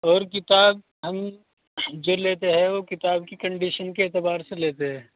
اور کتاب ہم جو لیتے ہیں وہ کتاب کی کنڈیشن کے اعتبار سے لیتے ہیں